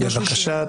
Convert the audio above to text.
בבקשה.